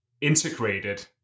integrated